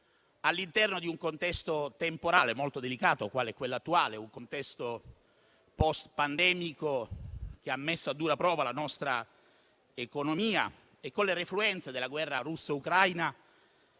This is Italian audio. all'interno di un contesto temporale molto delicato, quale quello attuale; un contesto *post* pandemico che ha messo a dura prova la nostra economia, con le refluenze della guerra russo-ucraina,